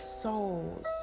souls